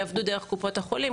הם יעבדו דרך קופות החולים,